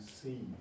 see